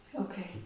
Okay